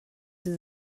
sie